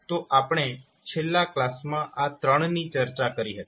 તો આપણે છેલ્લા કલાસમાં આ ત્રણની ચર્ચા કરી હતી